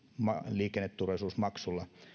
liikenneturvallisuusmaksulla